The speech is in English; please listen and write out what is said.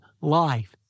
life